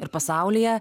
ir pasaulyje